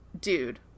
dude